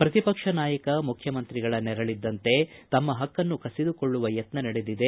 ಪ್ರತಿಪಕ್ಷ ನಾಯಕ ಮುಖ್ಚಮಂತ್ರಿಗಳ ನೆರಳಿದ್ದಂತೆ ತಮ್ಮ ಪಕ್ಕನ್ನು ಕಸಿದುಕೊಳ್ಳುವ ಯತ್ನ ನಡೆದಿದೆ